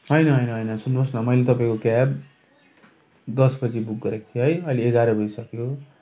होइन होइन होइन सुन्नुहोस् न मैेले त तपाईँको क्याब दस बजी बुक गरेको थिएँ है अहिले एघार बजिसक्यो